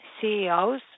CEOs